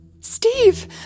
Steve